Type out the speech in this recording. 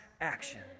action